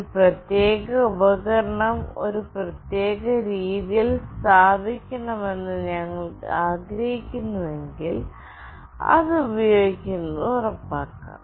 ഒരു പ്രത്യേക ഉപകരണം ഒരു പ്രത്യേക രീതിയിൽ സ്ഥാപിക്കണമെന്ന് ഞങ്ങൾ ആഗ്രഹിക്കുന്നുവെങ്കിൽ ഇത് ഉപയോഗിക്കുന്നത് ഉറപ്പാക്കാം